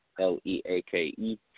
L-E-A-K-E